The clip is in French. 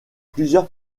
plusieurs